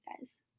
guys